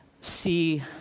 see